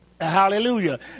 Hallelujah